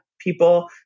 people